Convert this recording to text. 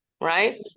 right